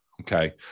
okay